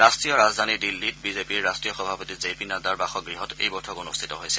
ৰাষ্ট্ৰীয় ৰাজধানী দিল্লীত বিজেপিৰ ৰাষ্ট্ৰীয় সভাপতি জে পি নাড্ডাৰ বাসগৃহত এই বৈঠক অনুষ্ঠিত হৈছে